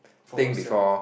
for herself